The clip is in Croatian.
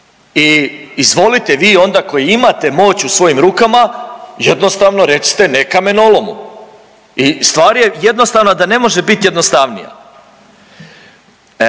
i izvolite vi onda koji imate moć u svojim rukama jednostavno recite ne kamenolomu. I stvar je jednostavna da ne može biti jednostavnija. Mene